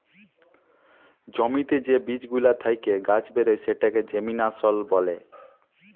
জ্যমিতে যে বীজ গুলা থেক্যে গাছ বেরয় সেটাকে জেমিনাসল ব্যলে